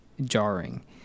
jarring